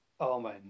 Amen